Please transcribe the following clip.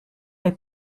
est